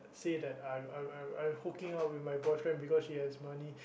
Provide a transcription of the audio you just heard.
say that I I I I'm hooking up with my boyfriend because he has money